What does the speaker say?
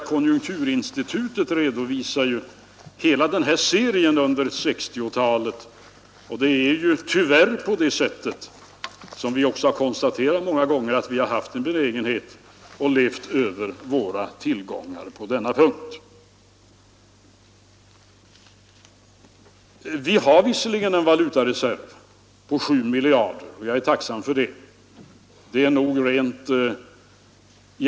Konjunkturinstitutet redovisar i en hel serie utvecklingen under 1960-talet, och tyvärr är det så — som vi många gånger har konstaterat — att vi haft en benägenhet att leva över våra tillgångar i det fallet. Nu har vi emellertid en valutareserv på 7 miljarder kronor, och det är jag tacksam för.